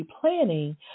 planning